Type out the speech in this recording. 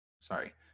Sorry